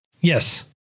Yes